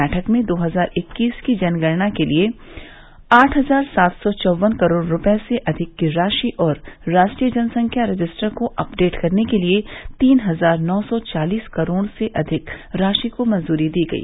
बैठक में दो हजार इक्कीस की जनगणना के लिए आठ हजार सात सौ चौवन करोड़ रुपए से अधिक की राशि और राष्ट्रीय जनसंख्या रजिस्टर को अपडेट करने के लिए तीन हजार नौ सौ चालीस करोड़ से अधिक राशि को भी मंजूरी दी गई